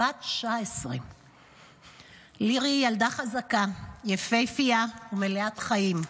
בת 19. "לירי ילדה חזקה, יפהפייה ומלאת חיים,